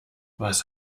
was